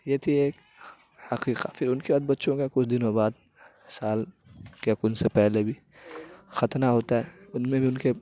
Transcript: یہ تھی ایک عقیقہ پھر ان کے بعد بچوں کا کچھ دنوں بعد سال کے کن سے پہلے بھی ختنہ ہوتا ہے ان میں بھی ان کے